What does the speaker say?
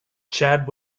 chad